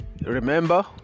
Remember